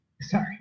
Sorry